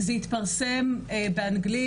זה התפרסם באנגלית.